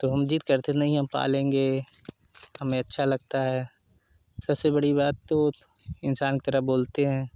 तो हम जिद करते नहीं हम पालेंगे हमें अच्छा लगता है सबसे बड़ी बात तो इंसान की तरह बोलते हैं